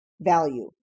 value